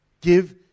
Give